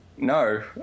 no